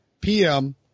PM